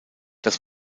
das